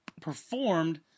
performed